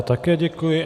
Také děkuji.